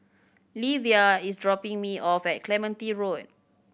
Livia is dropping me off at Clementi Road